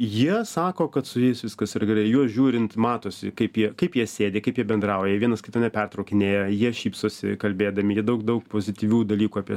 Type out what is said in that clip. jie sako kad su jais viskas yra gerai į juos žiūrint matosi kaip jie kaip jie sėdi kaip jie bendrauja vienas kito nepertraukinėja jie šypsosi kalbėdami jie daug daug pozityvių dalykų apie